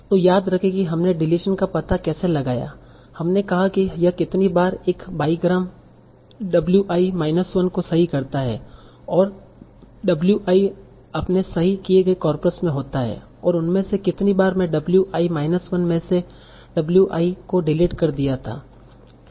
तो याद रखें कि हमने डिलीशन का पता कैसे लगाया हमने कहा कि यह कितनी बार एक बाईग्राम w i माइनस 1 को सही करता है और और w i अपने सही किए गए कॉर्पस में होता है और उनमें से कितनी बार मैं w i माइनस 1 में से w i को डिलीट कर दिया था